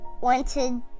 wanted